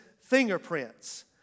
fingerprints